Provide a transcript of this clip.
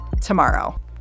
tomorrow